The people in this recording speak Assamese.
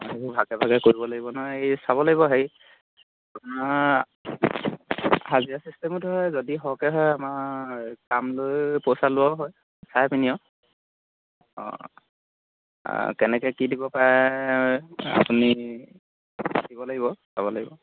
অঁ সেইবোৰ ভাগে ভাগে কৰিব লাগিব নহয় এই চাব লাগিব হেৰি হাজিৰা চিষ্টেমতো হয় যদি সৰহকৈ হয় আমাৰ কাম লৈ পইচা লোৱাও হয় চাই পিনি আৰু অঁ কেনেকৈ কি দিব পাৰে আপুনি দিব লাগিব চাব লাগিব